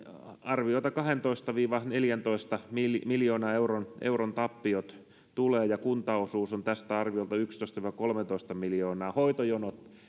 arviolta kahdentoista viiva neljäntoista miljoonan euron euron tappiot ja kuntaosuus tästä on arviolta yksitoista viiva kolmetoista miljoonaa hoitojonot